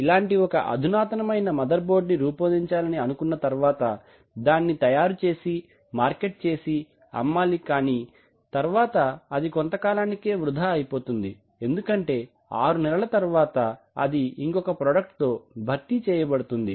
ఇలాంటి ఒక అధునాతనమైన మదర్ బోర్డ్ ని రూపొందించాలని అనుకున్న తరువాత దాన్ని తయారు చేసి మార్కెట్ చేసి అమ్మాలి కానీ తర్వాత అది కొంత కాలానికే వృధా అయిపోతుంది ఎందుకంటే ఆరు నెలల తర్వాత అది ఇంకొక ప్రాడక్ట్ తో భర్తీ చేయబడుతుంది